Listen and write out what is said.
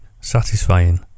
satisfying